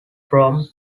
from